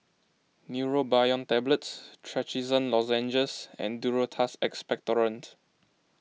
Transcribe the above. Neurobion Tablets Trachisan Lozenges and Duro Tuss Expectorant